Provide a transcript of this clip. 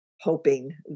hoping